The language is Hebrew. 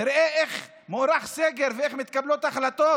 תראה איך מוארך סגר ואיך מתקבלות החלטות